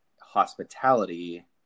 hospitality